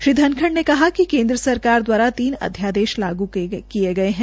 श्री धनखड़ ने केन्द्र सरकार द्वारा तीन अध्यादेश लागू किये गये है